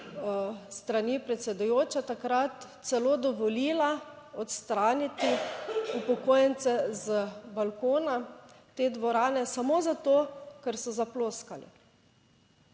strani predsedujoča takrat celo dovolila odstraniti upokojence z balkona te dvorane samo zato, ker so zaploskali.